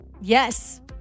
Yes